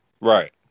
right